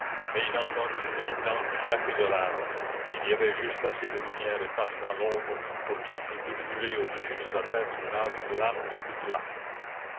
mais il entendit des dents claquer de rage et il y avait juste assez de lumière éparse dans l'ombre pour qu'il vît briller au-dessus de sa tête une large lame de coutelas